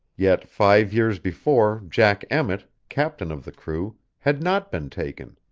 yet five years before jack emmett, captain of the crew, had not been taken